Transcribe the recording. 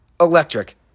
electric